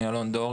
אני אלון דור,